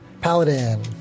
Paladin